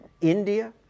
India